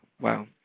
Wow